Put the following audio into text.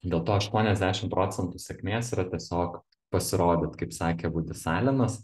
dėl to aštuoniasdešim procentų sėkmės yra tiesiog pasirodyt kaip sakė vudis alenas